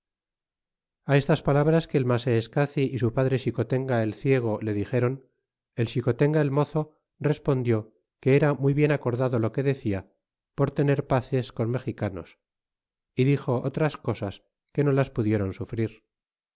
y estas palabras que el masseescaci y su padre xicotenga el ciego le dixéron el xicotenga el mozo respondió que era muy bien acordado lo que decía por tener paces con mexicanos y dixo otras cosas que no las pudieron sufrir